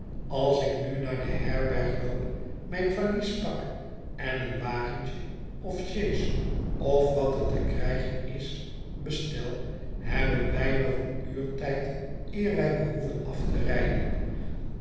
als ik nu naar de herberg loop mijn valies pak en een wagentje of sjees of wat er te krijgen is bestel hebben wij nog eèn uur tijd eer wij behoeven af te rijden